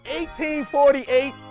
1848